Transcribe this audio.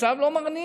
הוא מצב לא מרנין,